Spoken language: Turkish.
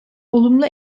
olumlu